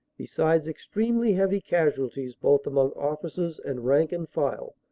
besides extremely heavy casual ties both among officers and rank and file,